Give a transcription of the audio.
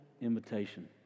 invitation